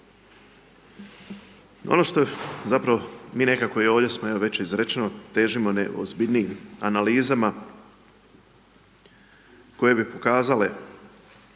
Ono što je zapravo mi nekako i ovdje već izrečeno, težimo ozbiljnijim analizama koje bi pokazale